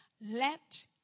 let